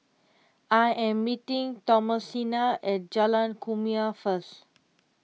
I am meeting Thomasina at Jalan Kumia first